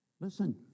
Listen